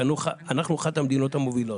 שאנחנו אחת המדינות המובילות.